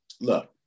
Look